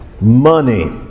money